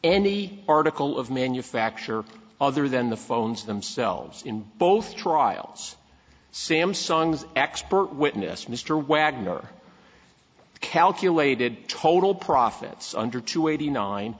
any article of manufacture other than the phones themselves in both trials samsung's expert witness mr wagner calculated total profits under two eighty nine